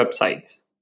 websites